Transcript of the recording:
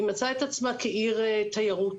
היא מצאה עצמה כעיר תיירות.